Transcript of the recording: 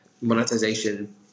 monetization